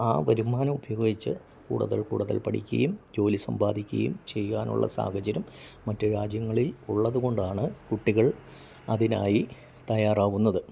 ആ വരുമാനം ഉപയോഗിച്ച് കൂടുതൽ കൂടുതൽ പഠിക്കുകയും ജോലി സമ്പാദിക്കുകയും ചെയ്യാനുള്ള സാഹചര്യം മറ്റ് രാജ്യങ്ങളിൽ ഉള്ളതുകൊണ്ടാണ് കുട്ടികൾ അതിനായി തയ്യാറാവുന്നത്